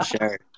sure